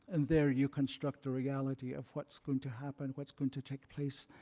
and there, you construct the reality of what's going to happen, what's going to take place,